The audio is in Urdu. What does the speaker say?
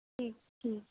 ٹھیک ٹھیک